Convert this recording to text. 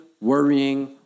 worrying